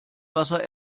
wasser